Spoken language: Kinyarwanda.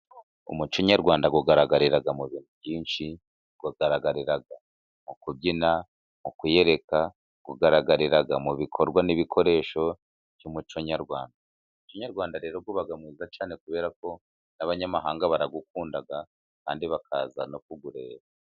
Umuco nyarwanda ugaragarira mu bintu byinshi, ugaragarira mu kubyina, mu kwiyereka, ugaragarira mu bikorwa n'ibikoresho by'umuco nyarwanda. Umuco nyarwanda rero uba mwiza cyane, kubera ko abanyamahanga barawukunda, kandi bakaza no kuwureba.